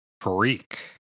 Freak